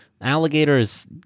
Alligators